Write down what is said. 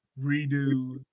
redo